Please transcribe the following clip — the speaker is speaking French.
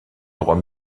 droit